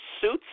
suits